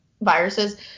viruses